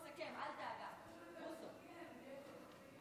מכובדיי השרים,